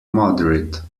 moderate